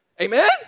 Amen